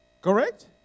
Correct